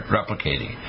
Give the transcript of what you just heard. replicating